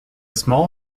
small